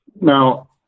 Now